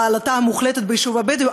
העלטה המוחלטת ביישוב הבדואי.